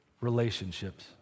relationships